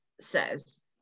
says